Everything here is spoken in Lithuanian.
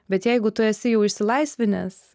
bet jeigu tu esi jau išsilaisvinęs